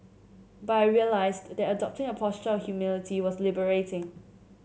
but I realised that adopting a posture of humility was liberating